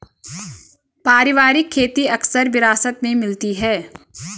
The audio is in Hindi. पारिवारिक खेती अक्सर विरासत में मिलती है